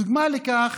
דוגמה לכך